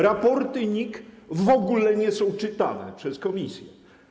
Raporty NIK w ogóle nie są czytane przez komisję.